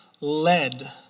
led